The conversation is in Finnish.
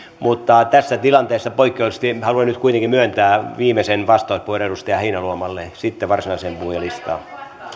mutta tässä tilanteessa poikkeuksellisesti haluan nyt kuitenkin myöntää viimeisen vastauspuheenvuoron edustaja heinäluomalle sitten varsinaiseen puhujalistaan